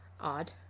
Odd